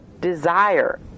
desire